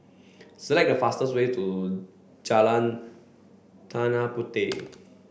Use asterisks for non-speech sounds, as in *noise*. *noise* select the fastest way to Jalan Tanah Puteh